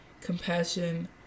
compassion